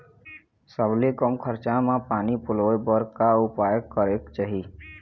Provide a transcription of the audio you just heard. सबले कम खरचा मा पानी पलोए बर का उपाय करेक चाही?